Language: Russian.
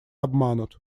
обманут